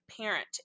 parent